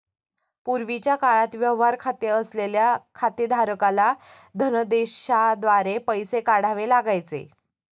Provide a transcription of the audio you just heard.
पूर्वीच्या काळात व्यवहार खाते असलेल्या खातेधारकाला धनदेशाद्वारे पैसे काढावे लागायचे